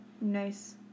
Nice